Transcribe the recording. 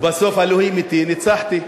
ובסוף, אלוהים אתי, ניצחתי.